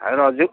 ଆଉ ରଜକୁ